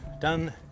done